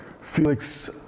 Felix